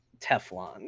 Teflon